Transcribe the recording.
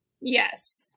Yes